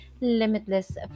limitless